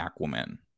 Aquaman